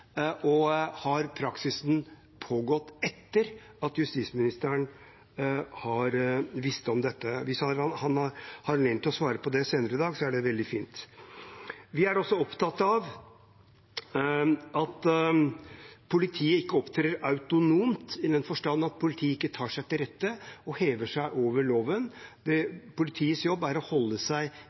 og har praksisen pågått etter at justisministeren har visst om det? Hvis han har anledning til å svare på det senere i dag, er det veldig fint. Vi er også opptatt av at politiet ikke opptrer autonomt, i den forstand at politiet tar seg til rette og hever seg over loven. Politiets jobb er å holde seg